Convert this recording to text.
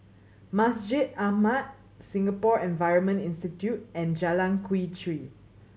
Masjid Ahmad Singapore Environment Institute and Jalan Quee Chew